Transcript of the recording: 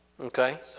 Okay